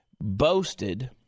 boasted